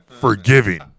forgiving